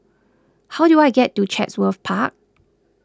how do I get to Chatsworth Park